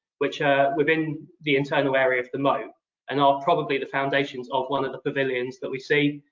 which are within the internal area of the moat and are probably the foundations of one of the pavilions that we see.